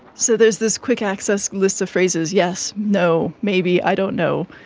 so there's this quick access list of phrases yes, no, maybe, i don't know.